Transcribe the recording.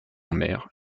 mer